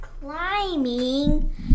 climbing